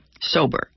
sober